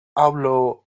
outlaw